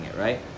right